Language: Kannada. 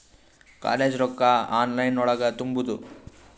ಕಾಲೇಜ್ ರೊಕ್ಕ ಆನ್ಲೈನ್ ಒಳಗ ತುಂಬುದು?